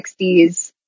60s